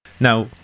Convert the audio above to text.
Now